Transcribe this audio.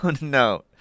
no